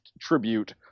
tribute